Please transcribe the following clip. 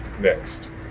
next